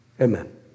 Amen